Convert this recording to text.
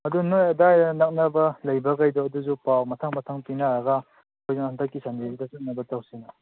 ꯑꯗꯨ ꯅꯣꯏ ꯑꯗꯨꯋꯥꯏ ꯅꯛꯅꯕ ꯂꯩꯕꯈꯩꯗꯣ ꯑꯗꯨꯁꯨ ꯄꯥꯎ ꯃꯊꯪ ꯃꯊꯪ ꯄꯤꯅꯔꯒ ꯑꯩꯈꯣꯏꯁꯨ ꯍꯟꯗꯛꯀꯤ ꯁꯟꯗꯦꯁꯤꯗ ꯆꯠꯅꯕ ꯇꯧꯁꯦꯅꯦ